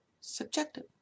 subjective